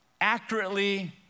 accurately